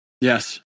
Yes